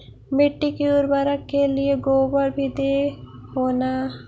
मिट्टी के उर्बरक के लिये गोबर भी दे हो न?